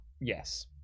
yes